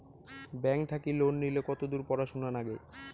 Bank থাকি loan নিলে কতদূর পড়াশুনা নাগে?